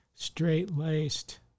Straight-laced